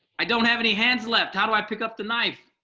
i don't have any hands left how do i pick up the knife?